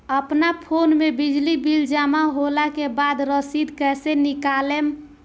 अपना फोन मे बिजली बिल जमा होला के बाद रसीद कैसे निकालम?